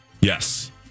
Yes